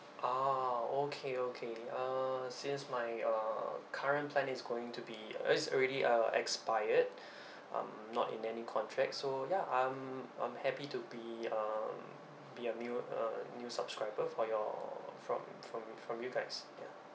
oh okay okay uh since my uh current plan is going to be uh is already uh expired um not in any contract so ya um I'm happy to be um be a new uh new subscriber for your from from from you guys ya